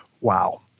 Wow